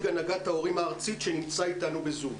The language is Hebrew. הנהגת ההורים הארצית אמצעות הזום.